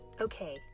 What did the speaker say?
Okay